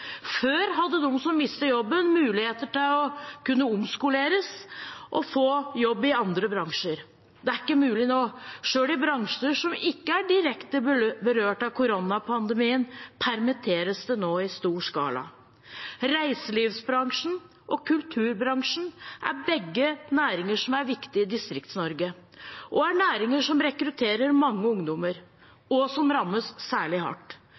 Før hadde de som mistet jobben, muligheter til å kunne omskoleres og få jobb i andre bransjer. Det er ikke mulig nå. Selv i bransjer som ikke er direkte berørt av koronapandemien, permitteres det nå i stor skala. Reiselivsbransjen og kulturbransjen er begge næringer som er viktige i Distrikts-Norge, og er næringer som rekrutterer mange ungdommer, og som rammes særlig hardt.